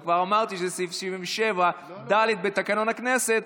וכבר אמרתי שזה סעיף 77ד בתקנון הכנסת,